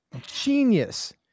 genius